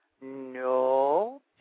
No